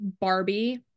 Barbie